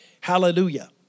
Hallelujah